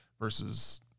versus